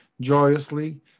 joyously